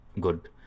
good